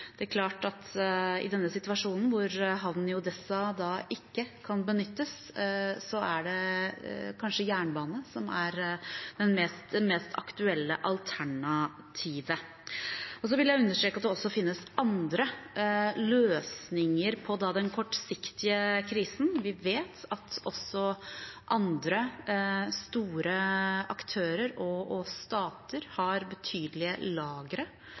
det er klart at i denne situasjonen, hvor havnen i Odesa ikke kan benyttes, er det kanskje jernbane som er det mest aktuelle alternativet. Så vil jeg understreke at det også finnes andre løsninger på den kortsiktige krisen. Vi vet at også andre store aktører og stater har betydelige lagre